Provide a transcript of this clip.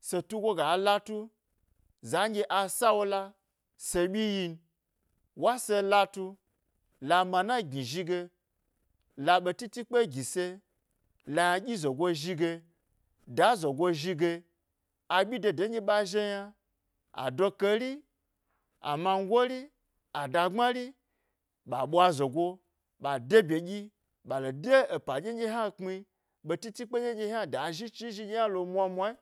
se tugo ga latu za nɗye a sawula, se ɓyi yin wa se latu, la mana gni zhi ge la ɓetiti kpe, gi se, la yna ɗyi zogo zhi ge, da zogo zhige a ɓyi dede nɗye ɓa zhe yna ado keri amangori, adagbmari ɓa ɓwa zogo ɓa de bye ɗyi ɓale de epa ɗyen ɗye hna kpmi, ɓetėtė kpe ɗyen ɗye tyna ɗye a zhi chi e zhi ɗye ynalo mwa mwayi.